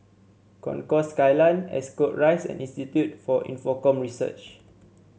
Concourse Skyline Ascot Rise and Institute for Infocomm Research